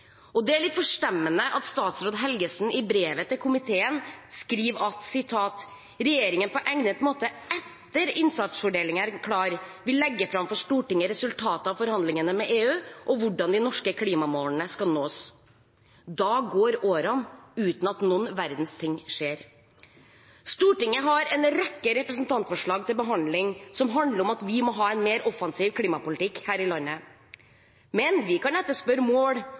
Det er litt forstemmende at statsråd Helgesen i brevet til komiteen skriver at regjeringen vil «på egnet måte – etter at innsatsfordelingen er klar – legge frem for Stortinget resultatet av forhandlingene med EU og hvordan de norske klimamålene skal nås». Da går årene uten at noen verdens ting skjer. Stortinget har en rekke representantforslag til behandling som handler om at vi må ha en mer offensiv klimapolitikk her i landet. Vi kan etterspørre mål,